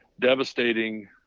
devastating